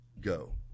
go